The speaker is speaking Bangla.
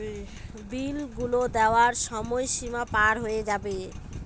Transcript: বিল গুলো দেওয়ার সময় সীমা পার হয়ে যাবে